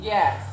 Yes